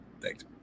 thanks